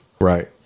Right